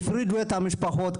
הפרידו את המשפחות,